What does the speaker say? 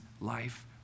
life